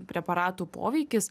preparatų poveikis